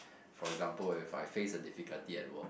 for example if I face a difficulty at work